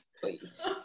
please